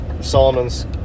Solomon's